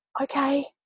Okay